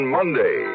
Monday